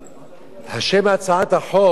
שם הצעת החוק הוא שם